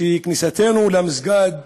שכניסתנו למסגד